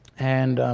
and